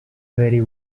very